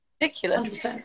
ridiculous